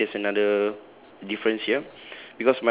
okay I think there's another difference here